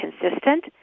consistent